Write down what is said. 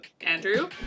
Andrew